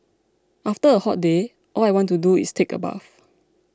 after a hot day all I want to do is take a bath